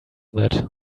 that